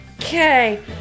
okay